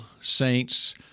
Saints